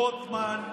רוטמן,